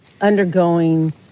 undergoing